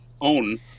own